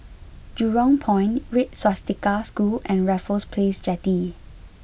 Jurong Point Red Swastika School and Raffles Place Jetty